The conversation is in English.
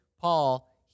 Paul